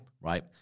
Right